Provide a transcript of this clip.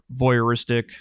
voyeuristic